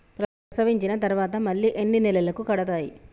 ప్రసవించిన తర్వాత మళ్ళీ ఎన్ని నెలలకు కడతాయి?